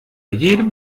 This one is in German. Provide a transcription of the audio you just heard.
jedem